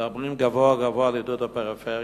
מדברים גבוהה-גבוהה על עידוד הפריפריה,